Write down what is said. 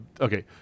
okay